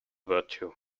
virtue